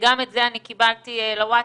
קיבלתי לווטסאפ.